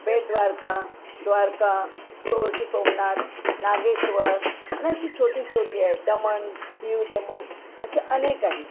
बेटद्वारका द्वारका सोरटी सोमनाथ नागेश्वर आणि अशी छोटी छोटी आहे दमण दिव दमण अशी अनेक आहेत